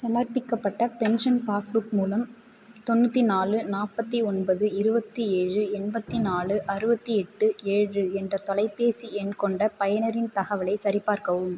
சமர்ப்பிக்கப்பட்ட pension passbook மூலம் தொண்ணூற்றி நாலு நாற் பத்தி ஒன்பது இருபத்தி ஏழு எண்பத்தி நாலு அறுபத்தி எட்டு ஏழு என்ற தொலைபேசி எண் கொண்ட பயனரின் தகவலை சரிபார்க்கவும்